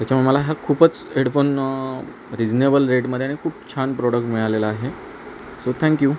त्याच्यामुळे मला हा खूपच हेडफोन रिझनेबल रेटमध्ये आणि खूप छान प्रोडक्ट मिळालेलं आहे सो थँक्यू